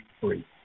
free